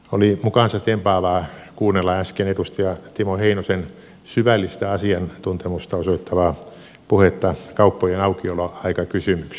oli mukaansatempaavaa kuunnella äsken edustaja timo heinosen syvällistä asiantuntemusta osoittavaa puhetta kauppojen aukioloaikakysymyksestä